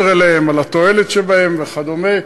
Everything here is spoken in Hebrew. לקשר אליהם, על התועלת שבהם וכדומה.